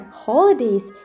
holidays